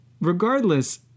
regardless